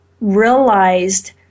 realized